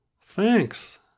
thanks